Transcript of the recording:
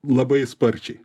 labai sparčiai